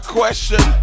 question